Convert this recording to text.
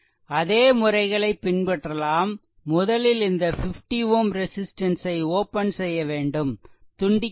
அதே முறைகளை பின்பற்றலாம் முதலில் இந்த 50 Ω ரெசிஸ்ட்டன்ஸ் ஐ ஓப்பன் செய்யவேண்டும் துண்டிக்க வேண்டும்